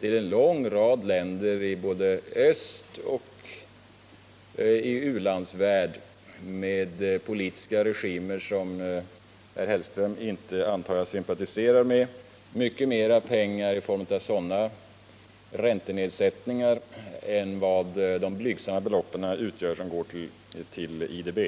till en lång rad länder både i öst och i u-världen — med politiska regimer som jag antar att herr Hellström inte sympatiserar med — än de blygsamma belopp som går till IDB.